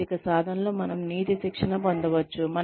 నైతిక సాధనలో మనం నీతి శిక్షణ పొందవచ్చు